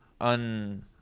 On